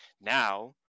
Now